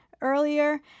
earlier